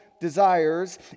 desires